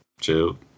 Chill